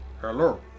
Hello